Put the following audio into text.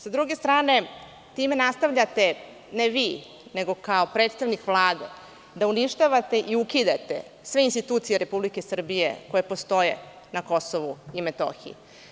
Sa druge strane time nastavljate, ne vi, nego kao predstavnik Vlade da uništavate i ukidate sve institucije Republike Srbije koje postoje na Kosovu i Metohiji.